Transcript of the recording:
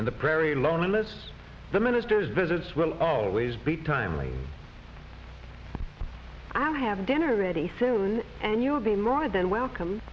in the prairie loneliness the minister's visits will always be timely i'm having dinner ready soon and you'll be more than welcome